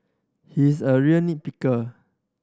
he is a real nit picker